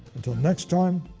until next time,